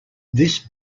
this